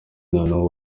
noneho